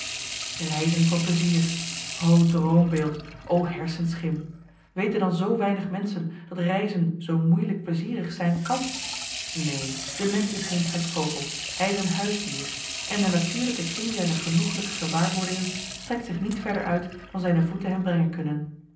reizen voor pleizier o droombeeld o hersenschim weten dan zoo weinig menschen dat reizen zoo moeielijk pleizierig zijn kan neen de mensch is geen trekvogel hij is een huisdier en de natuurlijke kring zijner genoeglijke gewaarwordingen strekt zich niet verder uit dan zijne voeten hem brengen kunnen